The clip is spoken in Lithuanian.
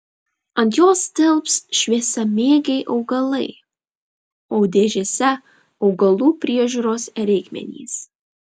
ant jos tilps šviesamėgiai augalai o dėžėse augalų priežiūros reikmenys